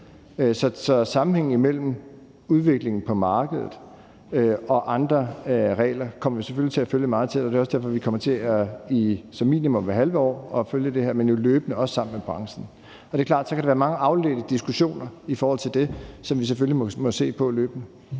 Så sammenhængen mellem udviklingen på markedet og andre regler kommer vi selvfølgelig til at følge meget tæt. Det er også derfor, vi som minimum hvert halve år kommer til at følge det her, men jo også løbende sammen med branchen. Og det er klart, at der så kan være mange afledte diskussioner i forhold til det, som vi selvfølgelig må se på løbende.